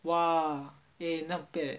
!wah! eh not bad eh